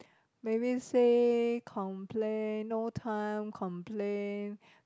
maybe say complain no time complain